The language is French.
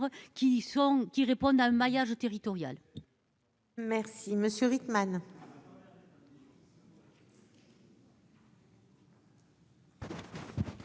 qui répondent un maillage territorial. Merci monsieur Rickman.